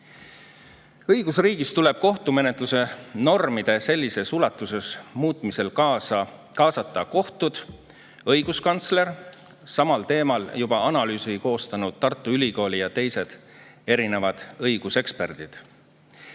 Õigusriigis tuleb kohtumenetluse normide sellises ulatuses muutmisel kaasata kohtud, õiguskantsler, samal teemal juba analüüsi koostanud Tartu Ülikooli ja teised õiguseksperdid.